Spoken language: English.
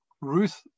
Ruth